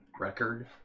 record